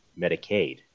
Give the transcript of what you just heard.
Medicaid